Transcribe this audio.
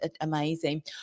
amazing